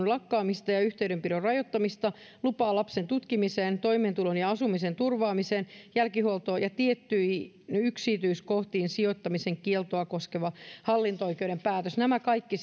lakkaamista yhteydenpidon rajoittamista lupaa lapsen tutkimiseen toimeentulon ja asumisen turvaamista jälkihuoltoon ja tiettyyn yksityiskotiin sijoittamisen kieltoa koskeva hallinto oikeuden päätös nämä kaikki